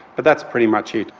but that's pretty much it.